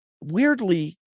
weirdly